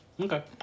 Okay